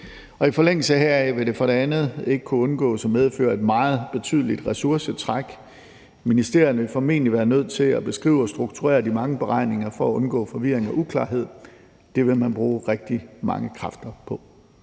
i forlængelse heraf vil det for det andet ikke kunne undgås at medføre et meget betydeligt ressourcetræk. Ministerierne vil formentlig være nødt til at beskrive og strukturere de mange beregninger for at undgå forvirring og uklarhed. Det vil man bruge rigtig mange kræfter på.